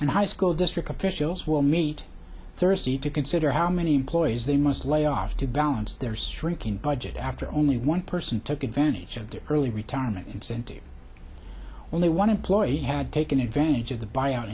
and high school district officials will meet thursday to consider how many employees they must lay off to balance their stricken budget after only one person took advantage of their early retirement incentive only one employee had taken advantage of the b